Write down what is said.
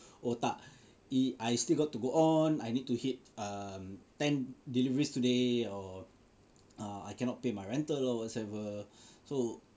oh tak !ee! I still got to go on I need to hit um ten deliveries today or uh I cannot pay my rental or whatsoever so